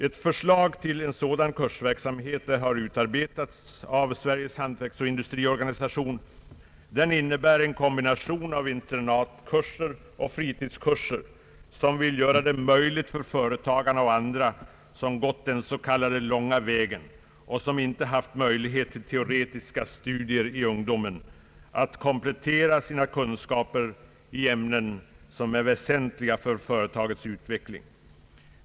Ett förslag till en sådan kursverksamhet har utarbetats av Sveriges hantverksoch industriorganisation. Den innebär en kombination av internatkurser och fritidskurser, som vill göra det möjligt för företagare och andra som gått den s.k. långa vägen och som inte haft möjlighet till teoretiska studier i ungdomen att komplettera sina kunskaper i ämnen som är väsentliga för företagets utveckling.